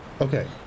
Okay